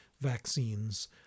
vaccines